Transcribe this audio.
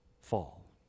fall